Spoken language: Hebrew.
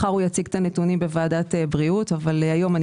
מחר הוא יציג את הנתונים בוועדת הבריאות אבל היום אני